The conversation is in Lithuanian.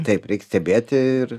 taip reik stebėti ir